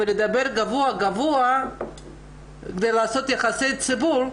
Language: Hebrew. לדבר גבוהה גבוהה כדי לעשות יחסי ציבור,